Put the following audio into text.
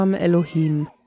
elohim